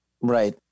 Right